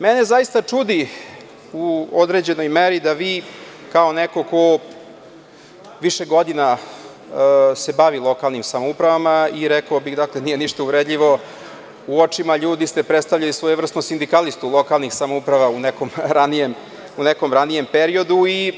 Mene zaista čudi u određenoj meri da vi, kao neko ko se više godina bavi lokalnim samoupravama, i rekao bih, nije ništa uvredljivo, u očima ljudi ste predstavljali svojevrsnog sindikalistu lokalnih samouprava u nekom ranijem periodu i